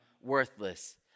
worthless